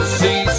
see